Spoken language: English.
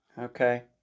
okay